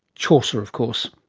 chaucer of course,